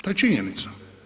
To je činjenica.